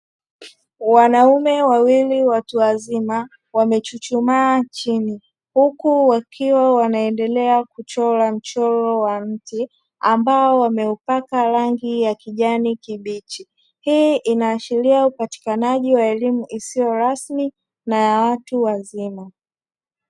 Wanaume wawili watu wazima wamechuchumaa chini huku wakiwa wanaendelea kuchora mchoro wa mti ambao wameupaka rangi ya kijani kibichi; hii inaashiria upatikanaji wa elimu isiyo rasmi na ya watu wazima.